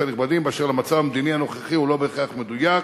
הנכבדים באשר למצב המדיני הנוכחי הוא לא בהכרח מדויק,